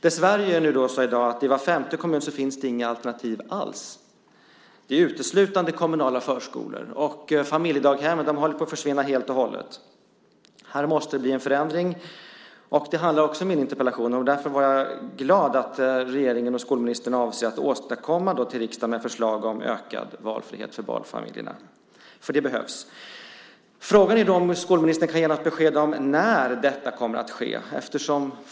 Dessvärre är det i dag så att det i var femte kommun inte finns några alternativ alls, utan det är uteslutande kommunala skolor. Familjedaghemmen håller på att helt och hållet försvinna. Här måste det bli en förändring. Också det handlar min interpellation om. Därför är jag glad över att regeringen och skolministern avser att återkomma till riksdagen med förslag om ökad valfrihet för barnfamiljerna - det behövs. Frågan är om skolministern kan ge något besked om när detta kommer att ske.